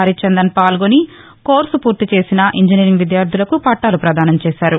హరిచందన్ పాల్గొని కోర్సు పూర్తి చేసిన ఇంజనీరింగ్ విద్యార్దులకు పట్టాలు పదానం చేశారు